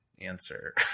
answer